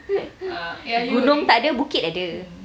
gunung takde bukit ada